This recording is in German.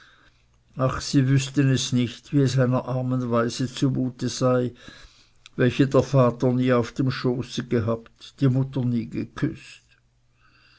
ach sie wüßten es nicht wie es einer armen waise zumute sei welche der vater nie auf dem schoße gehabt die mutter nie geküßt